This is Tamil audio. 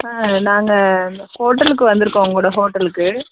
ஆ நாங்கள் இந்த ஹோட்டலுக்கு வந்திருக்கோம் உங்களோட ஹோட்டலுக்கு